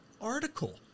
article